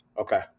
Okay